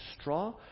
straw